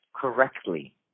correctly